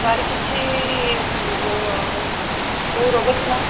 ତାର କିଛି କୋଉ ରୋଗ ଥିଲା